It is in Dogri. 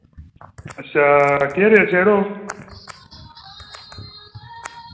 अच्छा केह् रेट शेट होग